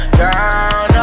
down